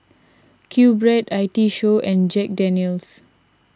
Q Bread I T Show and Jack Daniel's